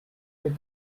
with